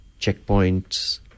checkpoints